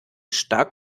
stark